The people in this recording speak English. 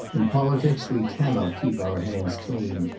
in politics we cannot keep our hands clean.